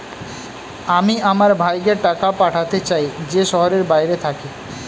আমি আমার ভাইকে টাকা পাঠাতে চাই যে শহরের বাইরে থাকে